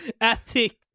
Attic